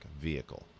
vehicle